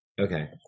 Okay